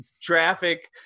traffic